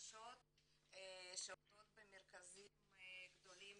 חדשות שעובדים במרכזים גדולים